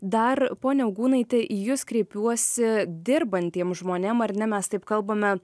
dar ponia augūnaite į jus kreipiuosi dirbantiem žmonėm ar ne mes taip kalbame